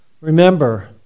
Remember